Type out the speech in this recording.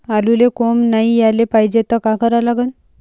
आलूले कोंब नाई याले पायजे त का करा लागन?